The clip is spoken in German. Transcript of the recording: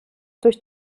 durch